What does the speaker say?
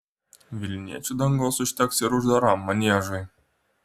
vilniečių dangos užteks ir uždaram maniežui